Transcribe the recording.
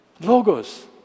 Logos